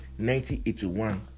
1981